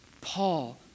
Paul